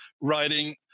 writing